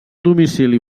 domicili